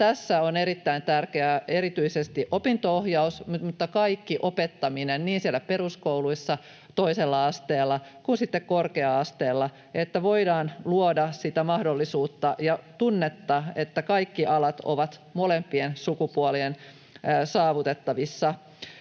Tässä on erittäin tärkeää erityisesti opinto-ohjaus mutta myös kaikki opettaminen niin siellä peruskouluissa, toisella asteella kuin sitten korkea-asteella, niin että voidaan luoda sitä mahdollisuutta ja tunnetta, että kaikki alat ovat molempien sukupuolien saavutettavissa.